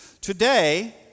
Today